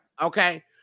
Okay